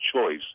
choice